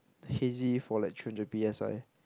hazy for like three hundred P_S_I